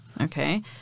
okay